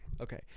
Okay